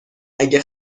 اگه